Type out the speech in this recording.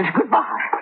Goodbye